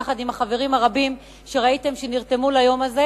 יחד עם החברים הרבים שראיתם שנרתמו ליום הזה,